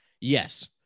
yes